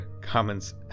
comments